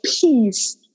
peace